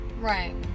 right